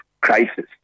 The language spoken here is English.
crisis